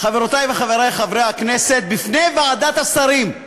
חברותי וחברי חברי הכנסת, בפני ועדת השרים?